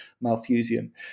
Malthusian